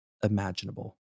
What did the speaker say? Imaginable